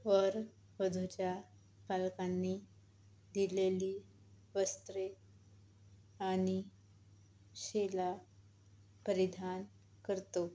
वर वधूच्या पालकांनी दिलेली वस्त्रे आणि शेला परिधान करतो